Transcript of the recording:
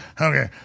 Okay